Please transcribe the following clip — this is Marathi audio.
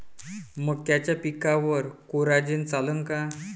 मक्याच्या पिकावर कोराजेन चालन का?